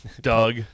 Doug